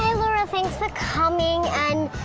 laura thanks for coming and